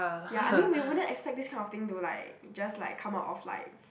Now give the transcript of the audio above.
ya I mean we wouldn't expect this kind of thing to like just like come out of like